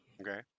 Okay